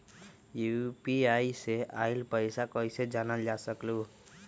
UPI से आईल पैसा कईसे जानल जा सकहु?